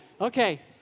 Okay